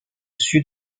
sud